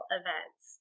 events